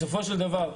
בסופו של דבר,